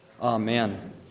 amen